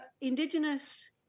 Indigenous